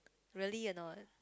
really a not